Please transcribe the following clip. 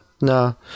No